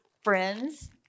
friends